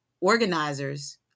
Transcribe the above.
organizers